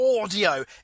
audio